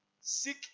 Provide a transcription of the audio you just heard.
Seek